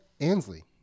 Ansley